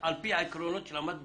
על פי העקרונות שלמדת